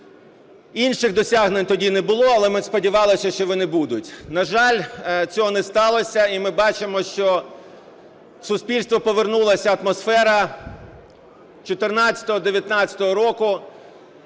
Інших досягнень тоді не було, але ми сподівалися, що вони будуть. На жаль, цього не сталося і ми бачимо, що в суспільство повернулася атмосфера 14-го, 19-го року.